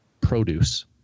produce